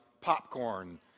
popcorn